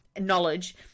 knowledge